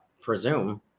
presume